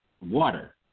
water